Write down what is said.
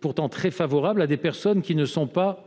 pourtant très favorable, à des personnes qui ne sont pas